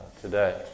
today